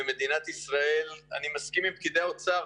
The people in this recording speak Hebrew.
אני מסכים עם פקידי האוצר,